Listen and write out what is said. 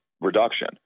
reduction